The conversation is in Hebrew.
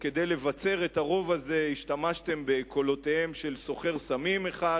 כשכדי לבצר את הרוב הזה השתמשו בקולותיהם של סוחר סמים אחד